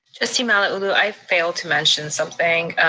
trustee malauulu, i failed to mention something.